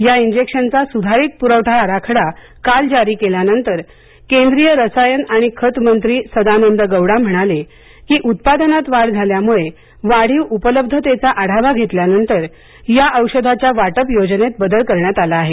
या इंजेक्शनचा सुधारित पुरवठा आराखडा काल जारी केल्यानंतर केंद्रीय रसायन आणि खते मंत्री सदानंद गौडा म्हणाले की उत्पादनात वाढ झाल्यामुळे वाढीव उपलब्धतेचा आढावा घेतल्यानंतर या औषधाच्या वाटप योजनेत बदल करण्यात आला आहे